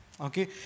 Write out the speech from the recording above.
okay